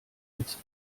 jetzt